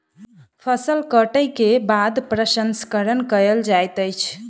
फसिल कटै के बाद प्रसंस्करण कयल जाइत अछि